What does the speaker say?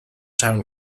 town